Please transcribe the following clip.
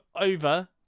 over